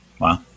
Wow